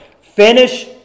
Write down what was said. Finish